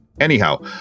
Anyhow